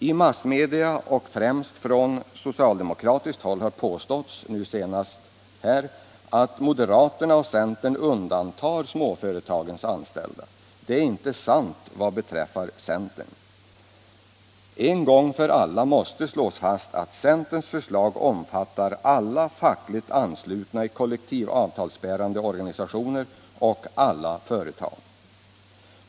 I massmedia och främst från socialdemokratiskt håll har det påståtts senast här i debatten, att moderaterna och centern undantar småföretagens anställda. Det är inte sant vad beträffar centern. En gång för alla måste slås fast att centerns förslag omfattar alla fackligt anslutna i kollektivavtalsbärande organisationer och alla företag.